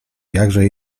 jakże